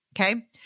Okay